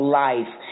life